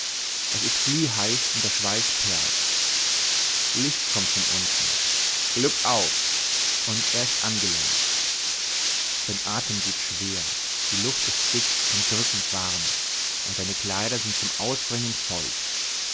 es ist glühheiß und der schweiß perlt licht kommt von unten glückauf und er ist angelangt sein atem geht schwer die luft ist dick und drückend warm und seine kleider sind zum auswringen feucht